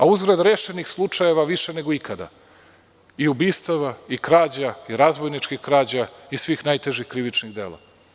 Uzgred, rešenih slučajeva ima više nego ikada i ubistava i krađa i razbojničkih krađa i svih najtežih krivičnih dela.